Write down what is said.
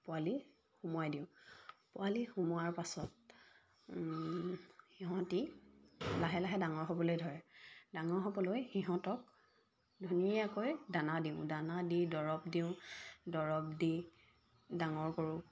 পোৱালি সোমোৱাই দিওঁ পোৱালি সোমোৱাৰ পাছত সিহঁতে লাহে লাহে ডাঙৰ হ'বলৈ ধৰে ডাঙৰ হ'বলৈ সিহঁতক ধুনীয়াকৈ দানা দিওঁ দানা দি দৰৱ দিওঁ দৰৱ দি ডাঙৰ কৰোঁ